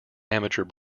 amateur